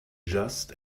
just